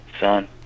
Son